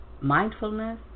mindfulness